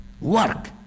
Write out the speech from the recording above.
work